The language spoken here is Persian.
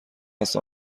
است